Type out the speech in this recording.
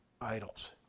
idols